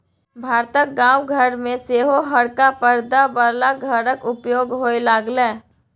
भारतक गाम घर मे सेहो हरका परदा बला घरक उपयोग होए लागलै